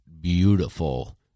beautiful